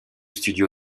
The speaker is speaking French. studio